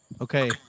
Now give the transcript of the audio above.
Okay